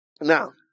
Now